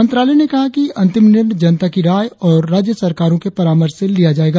मंत्रालय ने कहा कि अंतिम निर्णय जनता की राय और राज्य सरकारों के परामर्श से लिया जाएगा